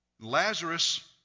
Lazarus